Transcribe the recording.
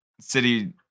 City